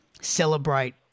celebrate